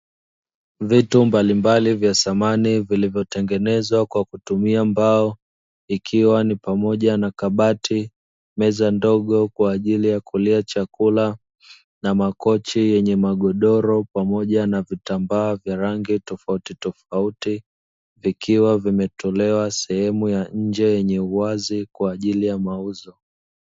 Vitu mbalimbali vya samani vilivyotengezwa kwa kutumia mbao, ikiwa ni pamoja na kabati, meza ndogo ya kulia chakula, na makochi yenye magodoro pamoja na vitambaa vyenye rangi tofauti tofauti, vikiwa vimetolewa sehemu ya nje yenye uwazi kwa ajili ya mauzo.